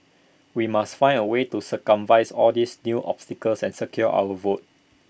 we must find A way to circumvents all these new obstacles and secure our votes